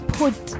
put